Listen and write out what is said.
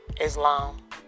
Islam